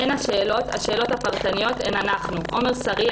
השאלות הפרטניות הן אנחנו: עמר סריה,